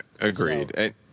agreed